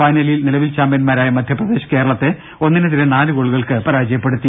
ഫൈനലിൽ നിലവിൽ ചാമ്പ്യന്മാരായ മധ്യപ്രദേശ് കേർളത്തെ ഒന്നിനെ തിരെ നാലു ഗോളുകൾക്ക് പരാജയപ്പെടുത്തി